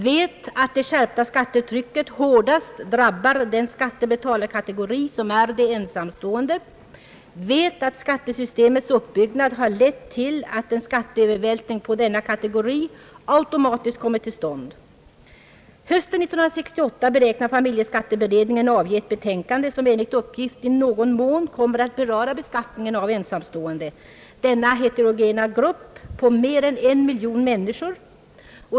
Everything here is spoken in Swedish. Den vet att det skärpta skattetrycket = hårdast drabbar den skattebetalarkategori som de ensamstående utgör. Den vet att skattesystemets uppbyggnad lett till att en skatteövervältring på denna kategori automatiskt kommit till stånd. Familjeskatteberedningen «beräknar att den hösten 1968 skall avge ett betänkande, som enligt uppgift i någon mån kommer att beröra beskattningen av ensamstående — denna heterogena grupp på mer än en miljon människor.